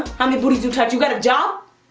how many booties you touch? you got a job?